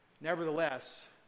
Nevertheless